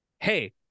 hey